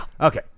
Okay